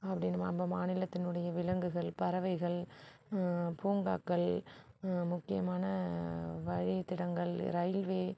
அப்படினு நம்ப மாநிலத்தினுடைய விலங்குகள் பறவைகள் பூங்காக்கள் முக்கியமான வழித்தடங்கள் ரயில்வே